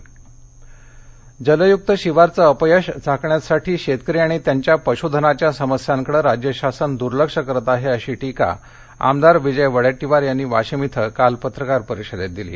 दष्काळ पाहणी वाशीम जलय्क्त शिवारचं अपयश झाकण्यासाठी शेतकरी आणि त्याच्या पशुधनाच्या समस्यांकडं राज्यशासन दूर्लक्ष करत आहे अशी टीका आमदार विजय वडेट्टीवार यांनी वाशिम इथं काल पत्रकार परिषदेत केली